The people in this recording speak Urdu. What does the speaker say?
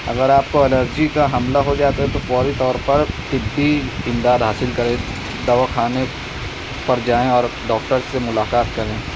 اگر آپ کو الرجی کا حملہ ہو جائے تو فوری طور پر طبی امداد حاصل کریں دوا خانے پر جائیں اور ڈاکٹر سے ملاقات کریں